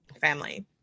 family